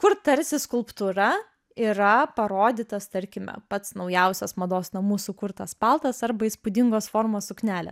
kur tarsi skulptūra yra parodytas tarkime pats naujausias mados namų sukurtas paltas arba įspūdingos formos suknelė